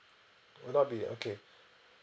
will not be okay